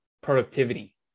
productivity